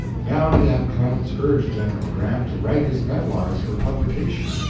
now and again clemens urged general grant to write his memoirs for publication,